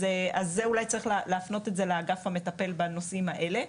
אז את השאלה הזו אולי צריך להפנות לאגף הרלוונטי שמטפל בנושאים האלה.